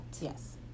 Yes